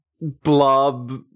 blob-